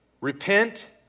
Repent